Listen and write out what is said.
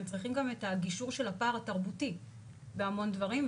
צריכים גם את הגישור של הפער התרבותי בהמון דברים.